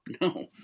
No